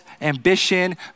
ambition